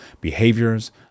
behaviors